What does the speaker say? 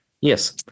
Yes